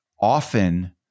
often